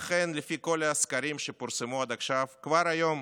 לכן, לפי כל הסקרים שפורסמו עד עכשיו, כבר היום